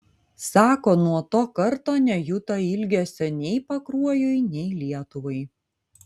sako nuo to karto nejuto ilgesio nei pakruojui nei lietuvai